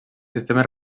sistemes